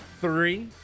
three